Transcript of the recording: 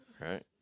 Right